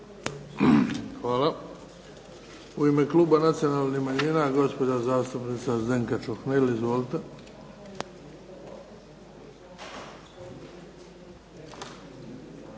Hvala. U ime Kluba nacionalnih manjina gospođa zastupnica Zdenka Čuhnil. Izvolite.